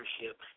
leadership